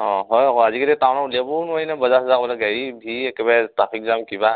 অঁ হয় আকৌ আজিকালি টাউনত উলিয়াবও নোৱাৰি নহয় ভীৰ একেবাৰে টাফিক জাম কিবা